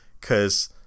cause